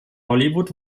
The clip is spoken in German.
hollywood